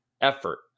effort